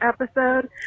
episode